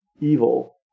evil